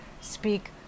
speak